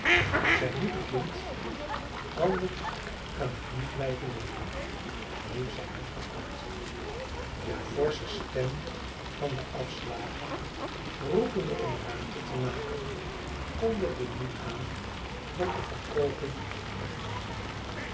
zij moeten kind anders kan ik niet blijven leven riep zij heftig uit de forsche stem van den afslager roepende om ruimte te maken kondigde nu aan dat de verkooping beginnen zou